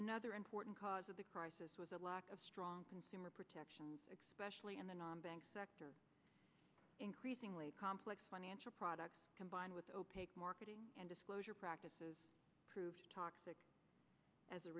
another important cause of the crisis was a lack of strong consumer protection expression and the non bank sector increasingly complex financial products combined with opaque marketing and disclosure practices proved toxic as a